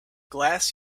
glass